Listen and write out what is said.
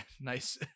Nice